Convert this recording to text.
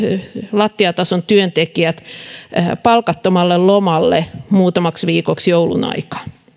lattiatason työntekijät palkattomalle lomalle muutamaksi viikoksi joulun aikaan